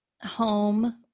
home